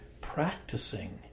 practicing